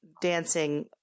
dancing